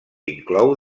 inclou